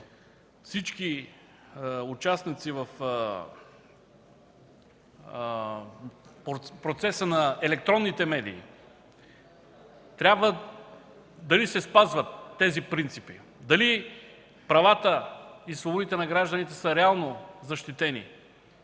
всички участници в процеса, електронните медии, се спазват, дали правата и свободите на гражданите са реално защитени